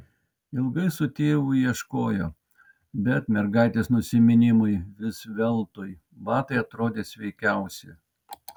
ilgai su tėvu ieškojo bet mergaitės nusiminimui vis veltui batai atrodė sveikiausi